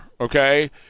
okay